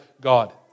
God